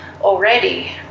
already